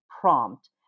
prompt